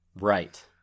Right